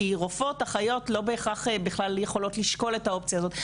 כי רופאות ואחיות לא בהכרח יכולות בכלל לשקול את האופציה הזאת.